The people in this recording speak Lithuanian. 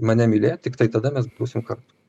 mane mylėt tiktai tada mes būsim kartu